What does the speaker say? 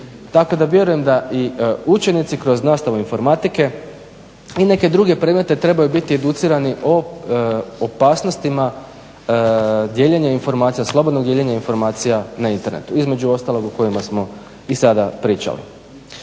Tako da vjerujem da i učenici kroz nastavu informatike i neke druge predmete trebaju biti educirani o opasnostima dijeljenja informacija, slobodnog dijeljenja informacija na internetu, između ostalog o kojima smo i sada pričali.